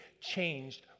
changed